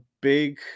big